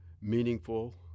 meaningful